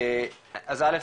אז א.